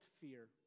fear